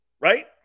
Right